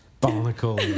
barnacle